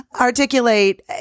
articulate